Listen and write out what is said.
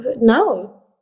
No